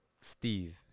Steve